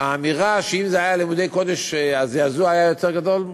שהאמירה שאם זה היה לימודי קודש הזעזוע היה יותר גדול,